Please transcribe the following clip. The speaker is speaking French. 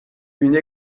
une